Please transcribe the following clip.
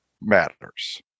matters